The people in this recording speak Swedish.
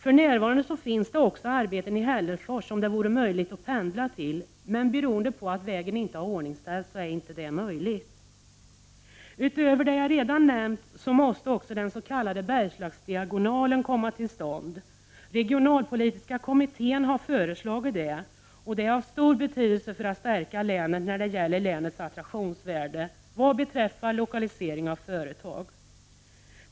För närvarande finns också arbeten i Hällefors som det vore möjligt att pendla till, men beroende på att Lokavägen inte har i ordningställts är detta inte möjligt. Utöver det jag redan nämnt måste också den s.k. Bergslagsdiagonalen komma till stånd. Regionalpolitiska kommittén har föreslagit detta, och det är av stor betydelse för att stärka länet när det gäller länets attraktionsvärde vad beträffar lokalisering av företag.